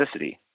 toxicity